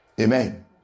Amen